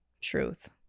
truth